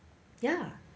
ya